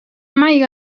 mai